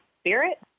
spirit